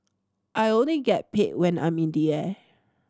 I only get paid when I'm in the air